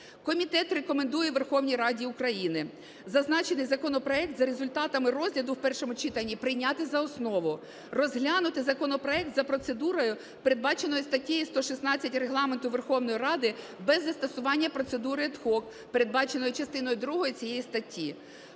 Комітет рекомендує Верховній Раді України зазначений законопроект за результатами розгляду в першому читанні прийняти за основу, розглянути законопроект за процедурою, передбаченою статтею 116 Регламенту Верховної Ради без застосування процедури ad hoc, передбаченою частиною другою цієї статті.